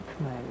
mode